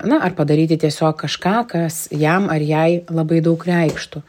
na ar padaryti tiesiog kažką kas jam ar jai labai daug reikštų